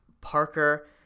Parker